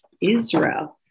Israel